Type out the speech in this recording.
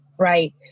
Right